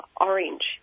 orange